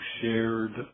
shared